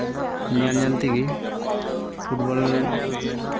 ᱧᱮᱞ ᱧᱮᱞ ᱛᱮᱜᱮ ᱯᱷᱩᱴᱵᱚᱞ